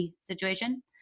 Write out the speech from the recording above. situation